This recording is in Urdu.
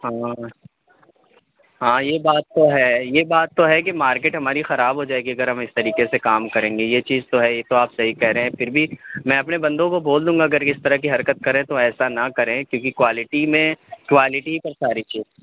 ہاں ہاں یہ بات تو ہے یہ بات تو ہے کہ مارکیٹ ہماری خراب ہو جائے گی اگر ہم اس طریقے سے کام کریں گے یہ چیز تو ہے یہ تو آپ صحیح کہہ رہے ہیں پھر بھی میں اپنے بندوں کو بول دوں گا اگر اس طرح کی حركت کریں تو ایسا نہ کریں کیوںکہ کوالیٹی میں کوالیٹی پر ساری چیز